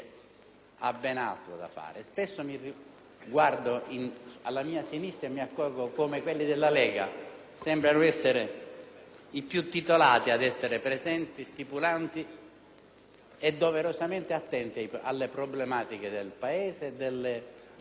ha ben altro da fare. Spesso guardando alla mia sinistra mi accorgo come i rappresentanti della Lega sembrino essere i più titolati ad essere presenti, stipulanti e doverosamente attenti alle problematiche del Paese e